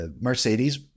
Mercedes